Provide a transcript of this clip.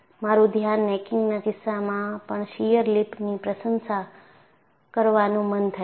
મારું ધ્યાન નેકીંગના કિસ્સામાં પણ શીયર લિપની પ્રશંસા કરવાનું મન થાય છે